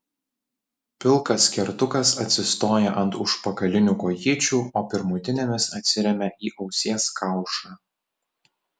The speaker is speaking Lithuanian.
pilkas kertukas atsistoja ant užpakalinių kojyčių o pirmutinėmis atsiremia į ausies kaušą